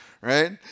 right